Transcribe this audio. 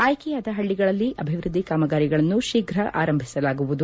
ಆಯ್ಕೆಯಾದ ಹಳ್ಳಿಗಳಲ್ಲಿ ಅಭಿವೃದ್ದಿ ಕಾಮಗಾರಿಗಳನ್ನು ಶೀಫ್ರ ಆರಂಭಿಸಲಾಗುವುದು